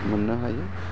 मोननो हायो